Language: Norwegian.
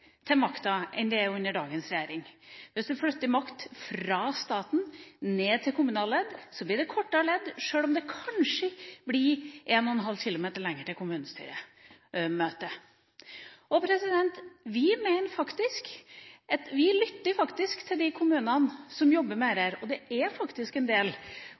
til makten enn det er under dagens regjering. Hvis man flytter makt fra staten ned til kommunale ledd, blir det kortere ledd sjøl om det kanskje blir en og en halv kilometer lenger til kommunestyremøtet. Vi mener at vi lytter til de kommunene som jobber med dette, og det er faktisk en del